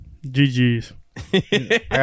GGs